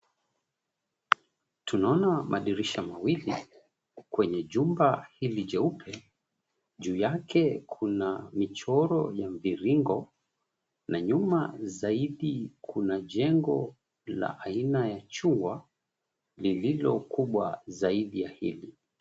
Tunaona madirisha mawili, kwenye jumba hili jeupe. Juu yake kuna michoro ya mviringo na nyuma zaidi kuna jengo la aina ya chungwa lililo kubwa zaidi ya hili.